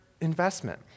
investment